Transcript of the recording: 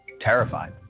terrified